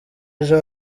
ejo